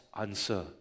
answer